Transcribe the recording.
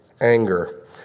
anger